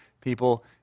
people